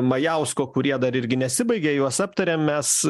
majausko kurie dar irgi nesibaigė juos aptariam mes